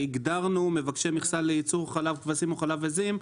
הגדרנו מבקשי מכסה לייצור חלב כבשים או חלב עיזים.